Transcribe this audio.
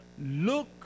look